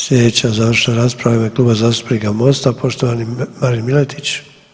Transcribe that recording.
Sljedeća završna rasprava je u ime Kluba zastupnika Mosta, poštovani Marin Miletić.